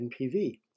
NPV